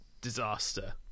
disaster